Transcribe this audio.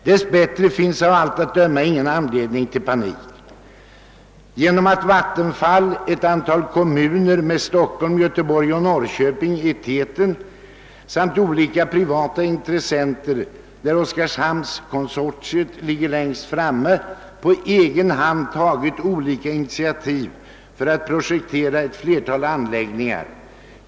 Dess bättre finns av allt att döma ingen anledning till panik, eftersom Vattenfall, ett antal kommuner med Stockholm, Göteborg och Norrköping i täten samt olika privata intressenter, där oskarshamnskonsortiet ligger längst framme, på egen hand tagit olika initiativ för att projektera flera anläggningar.